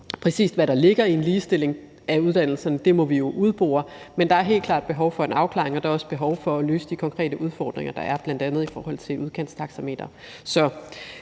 Præcis hvad der ligger i en ligestilling af uddannelserne, må vi jo udbore, men der er helt klart behov for en afklaring, og der er også behov for at løse de konkrete udfordringer, der er, bl.a. i forhold til udkantstaxameteret.